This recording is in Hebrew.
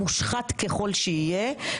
מושחת ככל שיהיה,